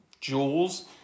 jewels